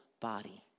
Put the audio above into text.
body